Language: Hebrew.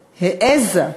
העזה,